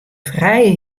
frije